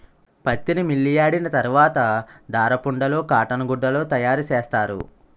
పత్తిని మిల్లియాడిన తరవాత దారపుండలు కాటన్ గుడ్డలు తయారసేస్తారు